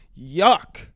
yuck